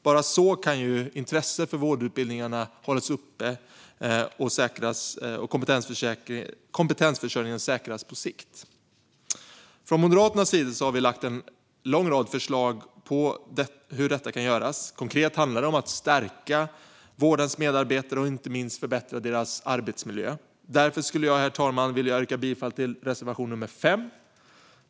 Bara så kan intresset för vårdutbildningarna hållas uppe och kompetensförsörjningen säkras på sikt. Från Moderaternas sida har vi lagt fram en lång rad förslag på hur detta kan göras. Konkret handlar det om att stärka vårdens medarbetare och inte minst om att förbättra deras arbetsmiljö. Därför skulle jag, herr talman, vilja yrka bifall till reservation nr 5.